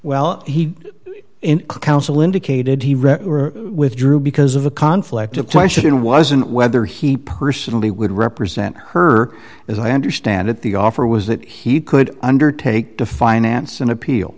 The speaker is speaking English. read withdrew because of a conflict of question wasn't whether he personally would represent her as i understand it the offer was that he could undertake to finance an appeal